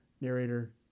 narrator